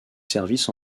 services